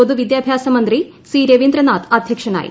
പൊതു വിദ്യാഭ്യാസമന്ത്രി സി രവീന്ദ്രനാഥ് അധ്യക്ഷനായി